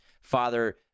father